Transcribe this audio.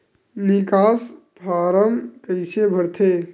निकास फारम कइसे भरथे?